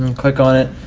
and click on it,